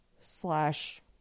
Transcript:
slash